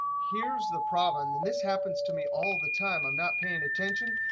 here's the problem. and this happens to me all the time. i'm not paying attention,